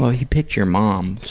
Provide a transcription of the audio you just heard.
he picked your mom,